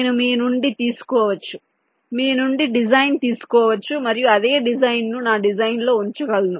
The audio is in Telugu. నేను మీ నుండి తీసుకోవచ్చు మీ నుండి డిజైన్ తీసుకోవచ్చు మరియు అదే డిజైన్ను నా డిజైన్లో ఉంచగలను